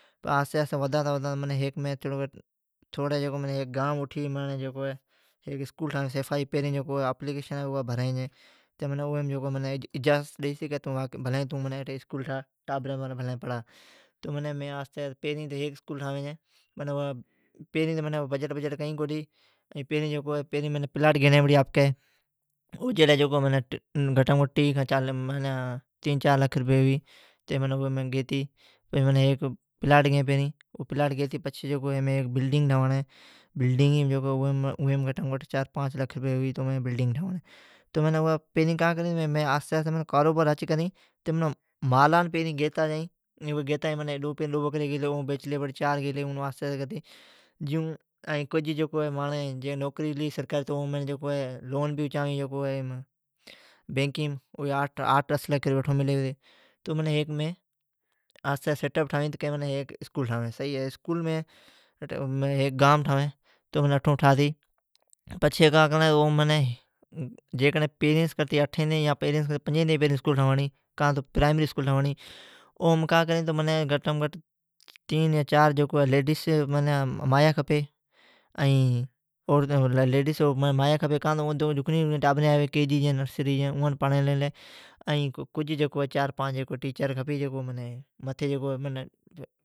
آھستی آھستی ودھاتا ودھاتا تھوڑی اٹھی میں گانم سیفا جی اسکول ٹھانویں۔ آپلیکیشن بھریں چھیں تو منیں اجازت ڈئی۔ بھلین توں اسکول ٹھا۔ ٹابریں پڑھا۔ تو آھستی پھریں تو ھیک اسکول ٹھانویں چھیں۔ پھریں تو بجیٹ کو ڈئی۔ پھریں منیں پلاٹ گینڑی پڑی آپکی۔ (او لی تیں چار لکھ ھوی)۔ اوی میں گیتی، پلاٹ گئیں پھریں، پلاٹ گیتی پچھی میں ھیک بلڈنگ ٹھواڑیں۔ چار پانچ لکھ ھوی تو بلڈنگ ٹھوانڑیں۔ تو پھریں میں کا کریں آھستی آھستی کاروبار ھچ کریں، "مالان پھریں گیتا جائیں۔ ڈو بکریا گیلیا بڑی چار گیلیا"۔ جی نوکری ھلی سرکاری تو لون بی اچاویں بینکیم آٹھ ڈس لکھ رپئی اٹھو ملی پتی۔ تو آھستی سیٹ اپ ٹھانویں۔ ھیک اسکول گام ٹھانویں۔ اٹھوم ٹھاتی پچھی کا کرنڑی ، جیکڈھن" پھرینئی سون کرتی اٹھیں تائیں"، یا "پھرنئی سون کرتی پنجیں تائیں پرائمری اسکول ٹھنواڑیں"۔ اوم کا کریں تو گھٹ میں گھٹ تیں یا چار لیڈیس مایا کھپی۔ کاں تو دھکنئیں ٹابریں آوی نرسری جیں، ائان پڑناڑی لی چار پانچ ٹیچرگھپی ائا متھی جکو منی۔